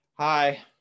Hi